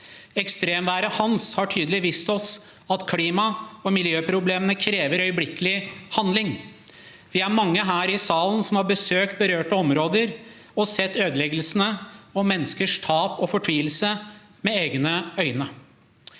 Ekstremværet «Hans» har tydelig vist oss at klima- og miljøproblemene krever øyeblikkelig handling. Vi er mange her i salen som har besøkt berørte områder og sett ødeleggelsene og menneskers tap og fortvilelse med egne øyne.